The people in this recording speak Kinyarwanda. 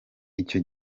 icyo